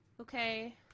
Okay